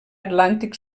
atlàntic